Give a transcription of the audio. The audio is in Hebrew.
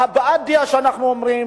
בדעה שאנחנו מביעים